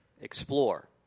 explore